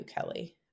Kelly